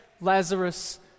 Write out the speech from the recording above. Lazarus